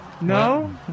No